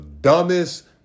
dumbest